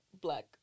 black